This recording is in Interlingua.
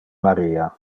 maria